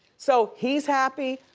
so he's happy,